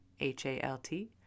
H-A-L-T